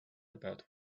about